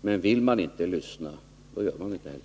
Men vill man inte lyssna, då gör man det inte heller.